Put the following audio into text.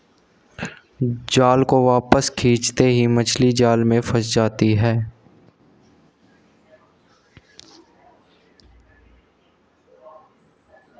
जाल को वापस खींचते ही मछली जाल में फंस जाती है